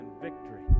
victory